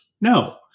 No